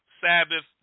Sabbath